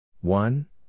One